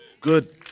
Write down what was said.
good